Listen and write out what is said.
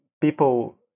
people